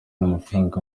n’amafaranga